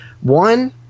One